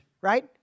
right